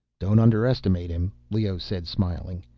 don't underestimate him, leoh said, smiling.